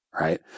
Right